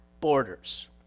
borders